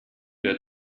der